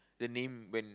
the name when